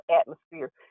atmosphere